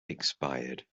expired